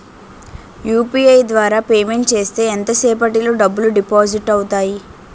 UPI ద్వారా payment చేస్తే ఎంత సేపటిలో డబ్బులు డిపాజిట్ అవుతాయి?